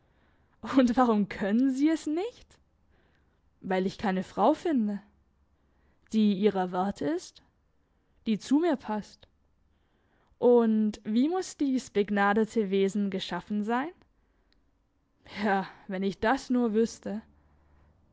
und warum können sie es nicht weil ich keine frau finde die ihrer wert ist die zu mir passt und wie muss dies begnadete wesen geschaffen sein ja wenn ich das nur wüsste